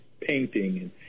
painting